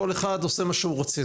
כל אחד עושה מה שהוא רוצה,